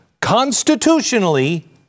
Constitutionally